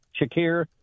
Shakir